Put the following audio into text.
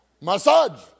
Massage